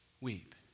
weep